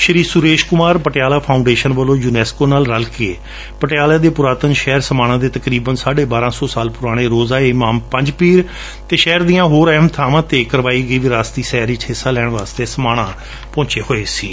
ਸ਼੍ਰੀ Suresh Kumar Patiala foundation ਵੱਲੋ' UNESCO ਨਾਲ਼ ਰਲ ਕੇ ਪਟਿਆਲਾ ਦੇ ਪੁਰਾਤਨ ਸ਼ਹਿਰ ਸਮਾਣਾ ਦੇ ਤਕਰੀਬਨ ਸਾਢੇ ਬਾਰਾਂ ਸੌ ਸਾਲ ਪੁਰੇ ਰੋਜਾ ਏ ਇਮਾਮ ਪੰਜ ਪੀਰ ਅਤੇ ਸ਼ਹਿਰ ਦੀਆਂ ਹੋਰ ਅਹਿਮ ਬਾਵਾਂ ਲਈ ਕਰਵਾਈ ਗਈ ਵਿਰਾਸਤੀ ਸੈਰ ਵਿੱਚ ਹਿੱਸਾ ਲੈਣ ਲਈ ਸਮਾਣਾ ਪਹੁੰਚੇ ਹੋਏ ਸਨ